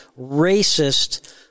racist